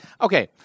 Okay